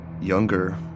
younger